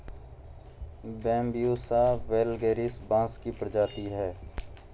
Bambusa vulgaris बाँस की प्रजाति है